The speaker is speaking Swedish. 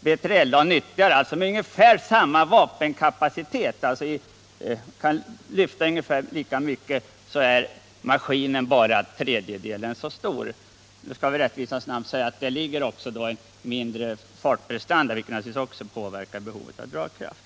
Med ungefär samma vapenkapacitet, dvs. att maskinen kan lyfta ungefär lika mycket, är BJLA bara tredjedelen så stort. Då skall i rättvisans namn också sägas att mindre fartprestanda hos BILA naturligtvis även påverkar behovet av dragkraft.